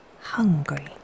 hungry